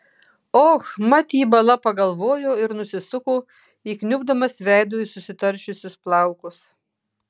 och mat jį bala pagalvojo ir nusisuko įkniubdamas veidu į susitaršiusius plaukus